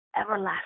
everlasting